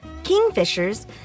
kingfishers